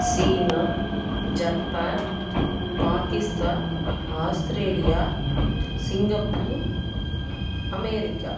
China Japan Pakistan Australia Singapore America